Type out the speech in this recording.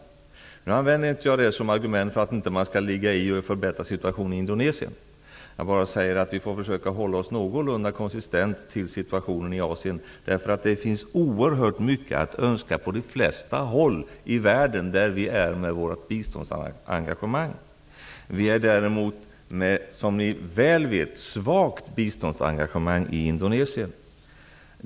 Men jag använder mig inte av detta som argument för att man inte skall ligga i och förbättra situationen i Indonesien. Jag bara säger att vi får försöka hålla oss någorlunda konsistent till situationen i Asien. Det finns oerhört mycket att önska på de flesta håll i världen där Sverige har ett biståndsengagemang. Men som ni väl vet är vårt biståndsengagemang svagt i Indonesien.